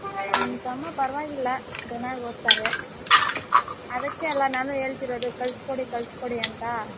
ನಿಮ್ಮ ತಮ್ಮ ಪರವಾಗಿಲ್ಲ ಚೆನ್ನಾಗಿ ಓದ್ತಾರೆ ಅದಕ್ಕೆ ಅಲ್ವಾ ನಾನು ಹೇಳ್ತಿರೋದು ಕಳಿಸ್ಕೊಡಿ ಕಳಿಸ್ಕೊಡಿ ಅಂತ